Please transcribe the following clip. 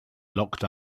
locked